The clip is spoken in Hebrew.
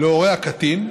להורי הקטין,